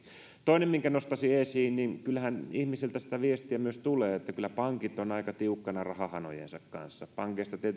toinen minkä nostaisin esiin kyllähän ihmisiltä myös sitä viestiä tulee että kyllä pankit ovat tiukkana rahahanojensa kanssa